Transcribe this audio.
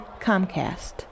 Comcast